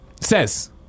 Says